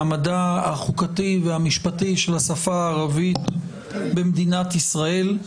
מעמדה החוקתי והמשפטי במדינת ישראל.